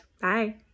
Bye